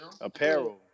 apparel